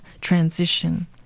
transition